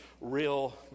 real